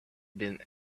been